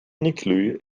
nuclei